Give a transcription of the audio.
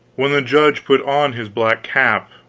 when the judge put on his black cap,